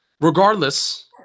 Regardless